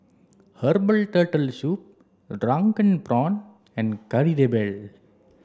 Herbal turtle soup drunken prawns and Kari Debal